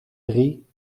drie